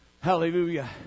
Hallelujah